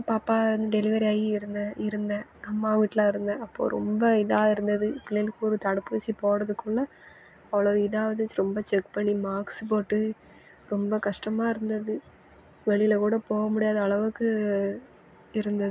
பாப்பா டெலிவரி ஆகி இருந்தேன் இருந்தேன் அம்மா வீட்டில் இருந்தேன் அப்போ ரொம்ப இதாக இருந்துது பிள்ளைங்களுக்கு ஒரு தடுப்பூசி போடுறதுக்குள்ள அவ்வளோ இதாக இருந்துச்சு ரொம்ப செக் பண்ணி மாஸ்க் போட்டு ரொம்ப கஷ்டமாக இருந்துது வெளில கூட போக முடியாத அளவுக்கு இருந்துது